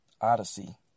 odyssey